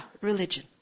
religion